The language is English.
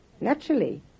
Naturally